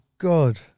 God